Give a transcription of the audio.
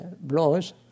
blows